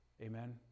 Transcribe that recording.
Amen